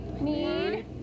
need